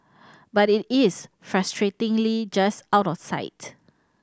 but it is frustratingly just out of sight